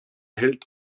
hält